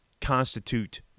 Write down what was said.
constitute